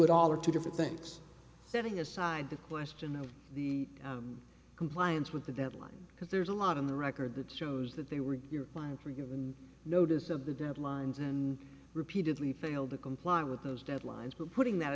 it all are two different things setting aside the question of the compliance with the deadline because there's a lot in the record that shows that they were your clients were given notice of the deadlines and repeatedly failed to comply with those deadlines but putting that